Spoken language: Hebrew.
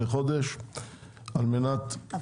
לחודש, זו